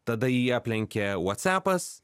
tada jį aplenkė vuocepas